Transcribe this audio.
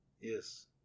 Yes